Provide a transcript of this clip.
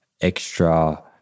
extra